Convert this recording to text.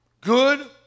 good